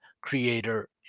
creator